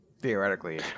Theoretically